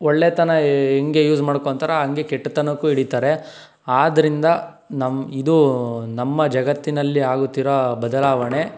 ಒಳ್ಳೆತನ ಎ ಹೆಂಗೆ ಯೂಸ್ ಮಾಡ್ಕೊಂತರೆ ಹಂಗೆ ಕೆಟ್ತನಕ್ಕೂ ಇಳಿತಾರೆ ಆದ್ದರಿಂದ ನಮ್ಮ ಇದು ನಮ್ಮ ಜಗತ್ತಿನಲ್ಲಿ ಆಗುತ್ತಿರೋ ಬದಲಾವಣೆ